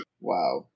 Wow